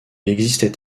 existait